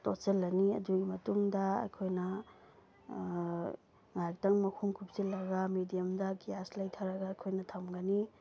ꯇꯣꯠꯁꯤꯜꯂꯅꯤ ꯑꯗꯨꯒꯤ ꯃꯇꯨꯡꯗ ꯑꯩꯈꯣꯏꯅ ꯉꯥꯏꯍꯥꯛꯇꯪ ꯃꯈꯨꯝ ꯀꯨꯞꯁꯤꯜꯂꯒ ꯃꯦꯗꯤꯌꯝꯗ ꯒ꯭ꯌꯥꯁ ꯂꯩꯊꯔꯒ ꯑꯩꯈꯣꯏꯅ ꯊꯝꯒꯅꯤ